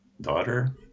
daughter